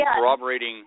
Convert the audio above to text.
corroborating